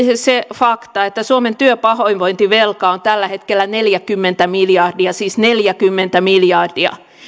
se se fakta että suomen työpahoinvointivelka on tällä hetkellä neljäkymmentä miljardia siis neljäkymmentä miljardia